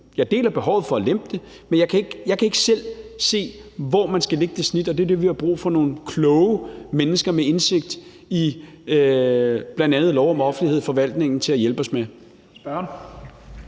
Jeg deler behovet for at lempe det, men jeg kan ikke selv se, hvor man skal lægge det snit. Og det er det, vi har brug for nogle kloge mennesker med indsigt i bl.a. lov om offentlighed i forvaltningen til at hjælpe os med. Kl.